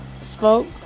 spoke